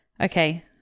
Okay